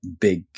big